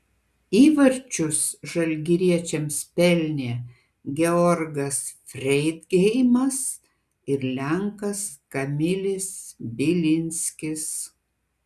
įvarčius žalgiriečiams pelnė georgas freidgeimas ir lenkas kamilis bilinskis